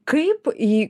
kaip jį